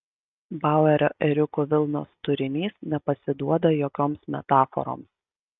bauerio ėriukų vilnos turinys nepasiduoda jokioms metaforoms